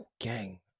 Gang